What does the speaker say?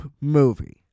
movie